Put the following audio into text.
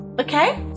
Okay